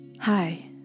Hi